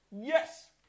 yes